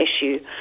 issue